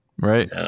Right